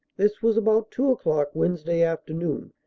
this was about two o'clock vednesday afternoon.